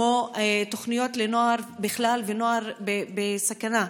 כמו תוכניות לנוער בכלל ולנוער בסכנה.